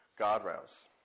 guardrails